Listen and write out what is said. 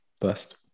first